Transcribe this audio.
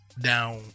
down